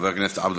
חבר הכנסת עבד